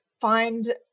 find